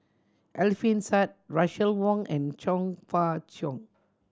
Alfian Sa'at Russel Wong and Chong Fah Cheong